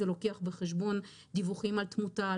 זה לוקח בחשבון דיווחים על תמותה,